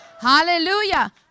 Hallelujah